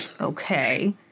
okay